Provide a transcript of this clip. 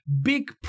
big